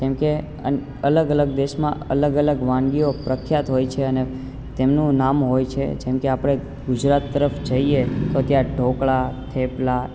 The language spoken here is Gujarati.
જેમકે અલગ અલગ દેશમાં અલગ અલગ વાનગીઓ પ્રખ્યાત હોય છે અને તેમનું નામ હોય છે જેમકે આપણે ગુજરાત તરફ જઈએ તો ત્યાં ઢોકળા થેપલા